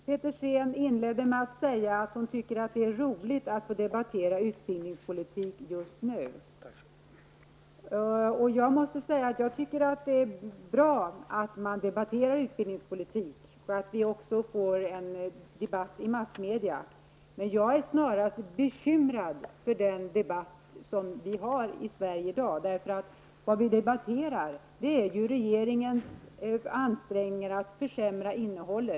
Herr talman! Ewa Hedkvist Petersen inledde sitt anförande med att säga att det just nu är roligt att debattera utbildningspolitik. Jag måste säga att jag tycker att det är bra att utbildningspolitiken debatteras, så att vi får en debatt i massmedia också. Men jag är snarast bekymrad över den debatt som förs i Sverige i dag. Vad vi debatterar är ju regeringens ansträngningar för att försämra innehållet.